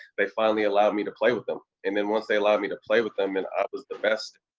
they finally allowed me to play with them. and then once they allowed me to play with them and i was the best at,